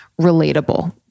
relatable